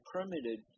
permitted